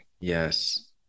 Yes